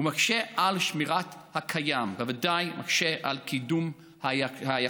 מקשה על שמירת הקיים ובוודאי מקשה על קידום היחסים.